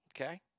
Okay